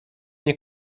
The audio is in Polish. nie